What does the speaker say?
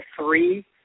three